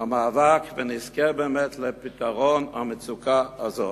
המאבק ונזכה לפתרון המצוקה הזאת.